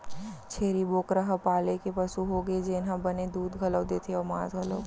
छेरी बोकरा ह पाले के पसु होगे जेन ह बने दूद घलौ देथे अउ मांस घलौक